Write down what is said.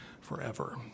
forever